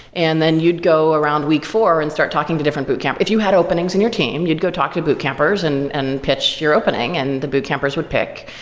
and then you'd go around week four and start talking to different boot camp. if you had openings in your team, you'd go talk to boot campers and and pitch your opening and the boot campers would pick.